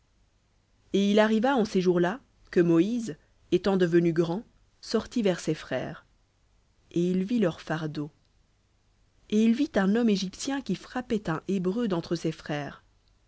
et il arriva en ces jours-là que moïse étant devenu grand sortit vers ses frères et il vit leurs fardeaux et il vit un homme égyptien qui frappait un hébreu d'entre ses frères